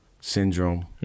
syndrome